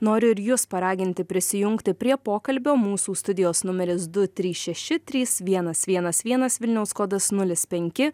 noriu ir jus paraginti prisijungti prie pokalbio mūsų studijos numeris du trys šeši trys vienas vienas vienas vilniaus kodas nulis penki